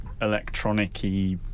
electronic-y